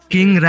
King